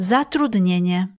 Zatrudnienie